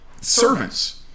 Servants